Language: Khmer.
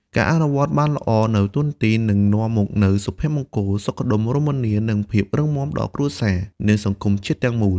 ការអនុវត្តន៍បានល្អនូវតួនាទី នឹងនាំមកនូវសុភមង្គល សុខដុមរមនា និងភាពរឹងមាំដល់គ្រួសារ និងសង្គមជាតិទាំងមូល។